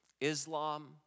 Islam